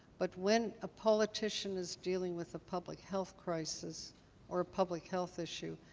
but when a politician is dealing with a public health crisis or a public health issue,